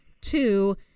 Two